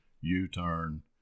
U-turn